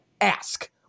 ask